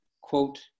quote